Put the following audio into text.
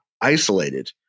isolated